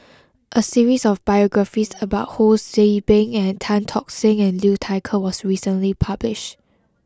a series of biographies about Ho See Beng and Tan Tock Seng and Liu Thai Ker was recently published